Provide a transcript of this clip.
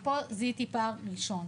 ופה זיהיתי פער ראשון.